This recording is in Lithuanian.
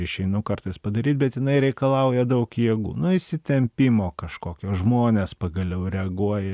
išeinu kartais padaryt bet jinai reikalauja daug jėgų nu įsitempimo kažkokio žmonės pagaliau reaguoja